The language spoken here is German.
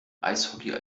eishockey